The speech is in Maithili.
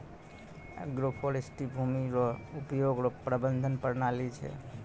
एग्रोफोरेस्ट्री भूमी रो उपयोग रो प्रबंधन प्रणाली छै